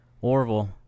orville